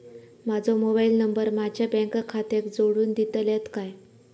माजो mobile number माझ्या bank खात्याक जोडून दितल्यात काय?